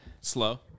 Slow